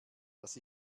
dass